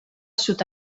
sud